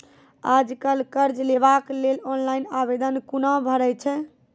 आज कल कर्ज लेवाक लेल ऑनलाइन आवेदन कूना भरै छै?